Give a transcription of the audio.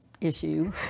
issue